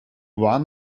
waren